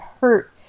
hurt